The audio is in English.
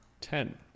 Ten